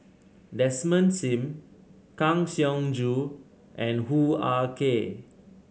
Desmond Sim Kang Siong Joo and Hoo Ah Kay